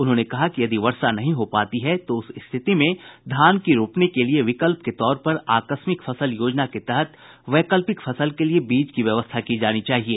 उन्होंने कहा कि यदि वर्षा नहीं हो पाती है तो उस स्थिति में धान की रोपाई के लिये विकल्प के तौर पर आकस्मिक फसल योजना के तहत वैकल्पिक फसल के लिए बीज की व्यवस्था की जानी चाहिए